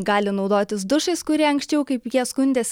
gali naudotis dušais kurie anksčiau kaip jie skundėsi